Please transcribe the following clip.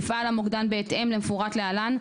יפעל המוקדן בהתאם למפורט להלן,